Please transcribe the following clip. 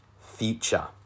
future